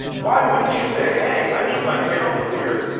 why wouldn't you say hey, i need my tail cleared.